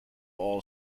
all